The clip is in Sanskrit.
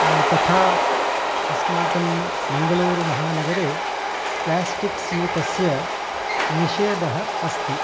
तथा अस्माकं मङ्गलूरुमहानगरे प्लेस्टिक्स्यूतस्य निषेधः अस्ति